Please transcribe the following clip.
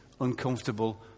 uncomfortable